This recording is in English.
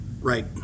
Right